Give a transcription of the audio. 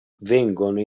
vengono